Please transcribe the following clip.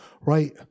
right